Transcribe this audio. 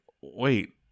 wait